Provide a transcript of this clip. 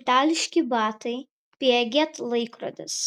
itališki batai piaget laikrodis